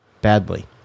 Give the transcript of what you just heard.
badly